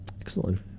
Excellent